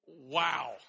wow